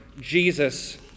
Jesus